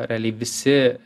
realiai visi